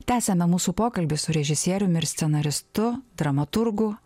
tęsiame mūsų pokalbį su režisieriumi ir scenaristu dramaturgu